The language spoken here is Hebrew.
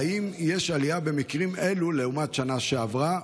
האם יש עלייה במקרים אלו לעומת השנה שעברה?